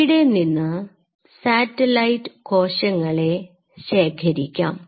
ഇവിടെനിന്ന് സാറ്റലൈറ്റ് കോശങ്ങളെ ശേഖരിക്കാം